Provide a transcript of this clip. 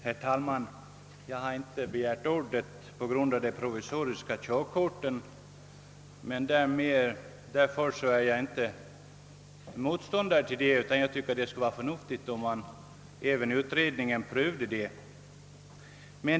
Herr talman! Jag har inte begärt ordet för att gå in på förslaget om införande av provisoriskt körkort. Det betyder emellertid inte att jag är motståndare till tanken, utan tvärtom tycker jag det skulle vara förnuftigt att låta trafikmålskommittén utreda frågan.